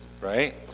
right